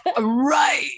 Right